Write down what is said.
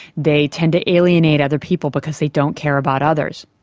they tend to alienate other people because they don't care about others.